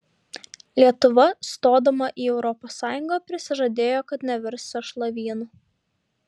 lietuva stodama į europos sąjungą prisižadėjo kad nevirs sąšlavynu